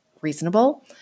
reasonable